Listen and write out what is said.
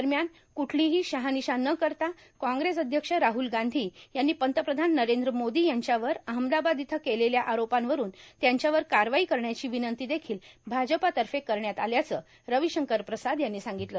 दरम्यान कूठलीही शाहनिशा न करता काँग्रेस अध्यक्ष राहुल गांधी यांनी पंतप्रधान नरेंद्र मोदी यांच्यावर अहमदाबाद इथं केलेल्या आरोपांवरून त्यांच्यावर कारवाई करण्याची विनंती देखिल भाजपातर्फे करण्यात आल्याचं रवीशंकर प्रसाद यांनी सांगितलं